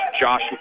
Josh